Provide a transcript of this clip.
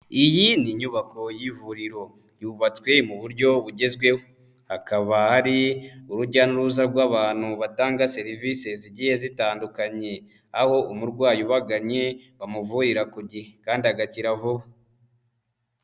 Iyi ni inyubako y'ivuriro yubatswe mu buryo bugezweho, hakaba hari urujya n'uruza rw'abantu batanga serivise zigiye zitandukanye aho umurwayi ubagannye bamuvurira ku gihe kandi agakira vuba.